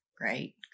Great